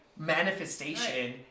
Manifestation